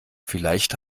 vielleicht